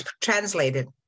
translated